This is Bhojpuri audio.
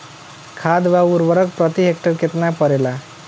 खाद व उर्वरक प्रति हेक्टेयर केतना परेला?